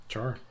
Sure